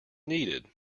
needed